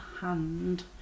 hand